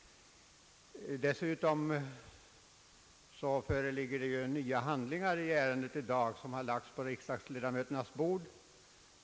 Dessutom föreligger ju i dag nya handlingar i ärendet, och de har delats ut på kammarledamöternas bänkar.